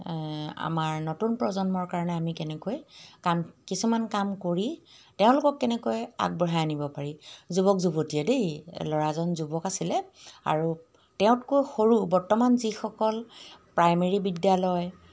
আমাৰ নতুন প্ৰজন্মৰ কাৰণে আমি কেনেকৈ কাম কিছুমান কাম কৰি তেওঁলোকক কেনেকৈ আগবঢ়াই আনিব পাৰি যুৱক যুৱতীয়ে দেই ল'ৰাজন যুৱক আছিলে আৰু তেওঁতকৈ সৰু বৰ্তমান যিসকল প্ৰাইমেৰী বিদ্যালয়